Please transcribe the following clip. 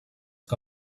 que